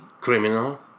criminal